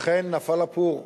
אכן נפל הפור.